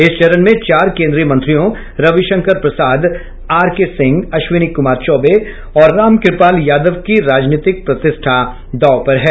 इस चरण में चार केंद्रीय मंत्रियों रविशंकर प्रसाद आरके सिंह अश्विनी कुमार चौबे और रामकृपाल यादव की राजनीतिक प्रतिष्ठा दांव पर है